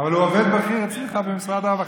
אבל הוא עובד בכיר אצלך במשרד הרווחה.